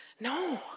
No